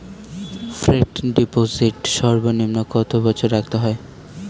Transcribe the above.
Fixed deposit সর্বনিম্ন কত বছর রাখতে হয়?